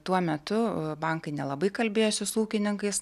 tuo metu a bankai nelabai kalbėjosi su ūkininkais